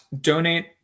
donate